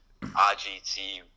RGT